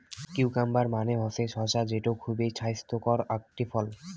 cucumber মানে হসে শসা যেটো খুবই ছাইস্থকর আকটি ফল